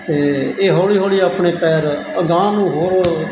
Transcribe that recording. ਅਤੇ ਇਹ ਹੌਲੀ ਹੌਲੀ ਆਪਣੇ ਪੈਰ ਅਗਾਂਹ ਨੂੰ ਹੋਰ